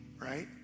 right